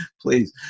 Please